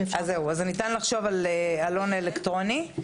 שאפשר --- ניתן לחשוב על עלון אלקטרוני,